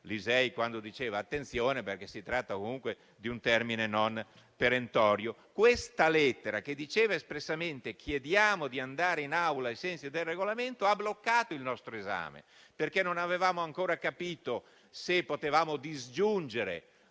Lisei quando diceva che si tratta comunque di un termine non perentorio. Quella lettera, in cui si chiedeva espressamente di andare in Aula ai sensi del Regolamento, ha bloccato il nostro esame, perché non avevamo ancora capito se potevamo disgiungere